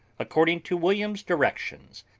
according to william's directions,